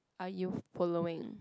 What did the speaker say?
are you following